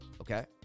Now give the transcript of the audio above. Okay